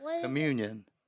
Communion